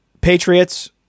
Patriots